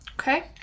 Okay